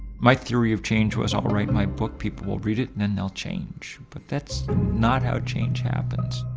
my theory of change was i'll write my book, people will read it and and they'll change. but that's not how change happens.